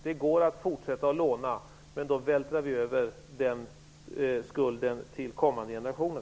Det går att fortsätta att låna, men då vältrar vi över skulden på kommande generationer.